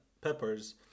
Peppers